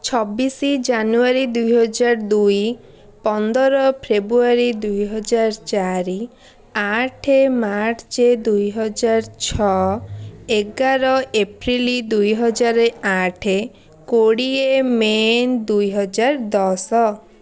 ଛବିଶି ଜାନୁଆରୀ ଦୁଇ ହଜାର ଦୁଇ ପନ୍ଦର ଫେବୃଆରୀ ଦୁଇ ହଜାର ଚାରି ଆଠ ମାର୍ଚ୍ଚ ଦୁଇ ହଜାର ଛଅ ଏଗାର ଏପ୍ରିଲ ଦୁଇ ହଜାର ଆଠ କୋଡ଼ିଏ ମେ ଦୁଇ ହଜାର ଦଶ